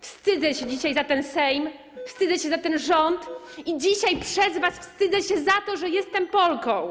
Wstydzę się dzisiaj za ten Sejm, wstydzę się za ten rząd i dzisiaj przez was wstydzę się, że jestem Polką.